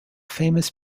famous